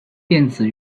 电子